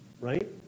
right